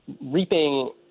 reaping